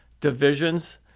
divisions